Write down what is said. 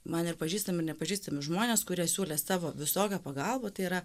man ir pažįstami nepažįstami žmonės kurie siūlė savo visokią pagalbą tai yra